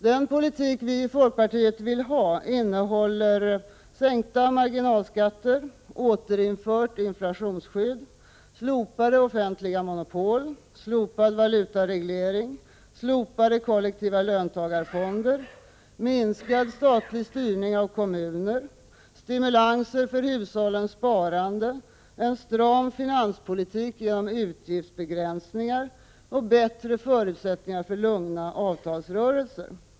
Den politik vi i folkpartiet vill ha innehåller sänkta marginalskatter, återinfört inflationsskydd, slopade offentliga monopol, slopad valutareglering, slopade kollektiva löntagarfonder, minskad statlig styrning av kommuner, stimulanser för hushållens sparande, en stram finanspolitik genom utgiftsbegränsningar och bättre förutsättningar för lugna avtalsrörelser.